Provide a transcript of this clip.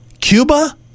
cuba